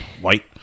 White